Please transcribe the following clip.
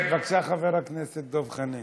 כן, בבקשה, חבר הכנסת דב חנין.